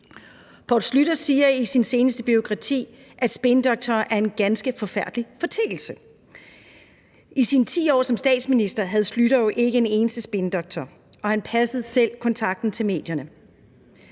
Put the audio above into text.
Poul Schlüter siger i sin seneste biografi, at spindoktorer er en ganske forfærdelig foreteelse. I sine 10 år som statsminister havde Schlüter jo ikke en eneste spindoktor, og han passede selv kontakten til medierne.